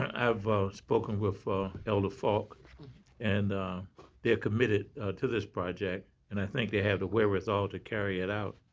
have spoken with elder faulks and they're committed to this project and i think they have the wherewithal to carry it out.